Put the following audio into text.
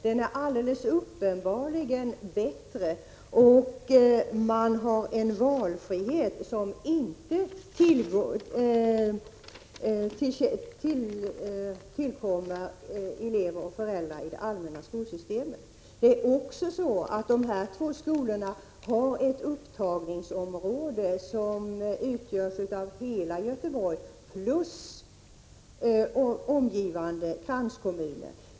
De är uppenbarligen bättre och erbjuder en valfrihet som det allmänna skolsystemet inte ger föräldrar och elever. Dessa två skolor har också ett upptagningsområde som utgörs av hela Göteborg plus kranskommunerna.